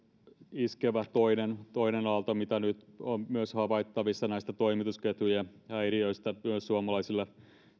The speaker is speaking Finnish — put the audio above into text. iskevä toinen toinen aalto mitä nyt on myös havaittavissa näistä toimitusketjujen häiriöistä myös suomalaiselle